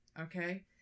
Okay